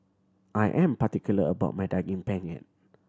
I am particular about my Daging Penyet